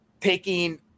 taking